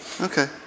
Okay